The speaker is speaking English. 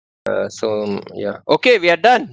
uh so ya okay we are done